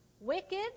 wicked